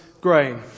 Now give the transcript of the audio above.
grain